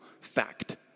fact